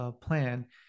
plan